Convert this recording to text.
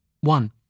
One